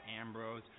Ambrose